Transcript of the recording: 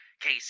Case